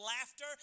laughter